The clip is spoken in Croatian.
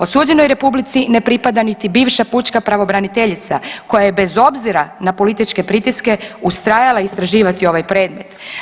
Osuđenoj Republici ne pripada niti bivša pučka pravobraniteljica koja je bez obzira na političke pritiske ustrajala istraživati ovaj predmet.